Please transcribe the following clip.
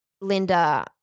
Linda